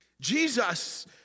Jesus